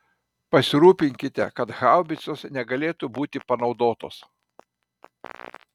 pasirūpinkite kad haubicos negalėtų būti panaudotos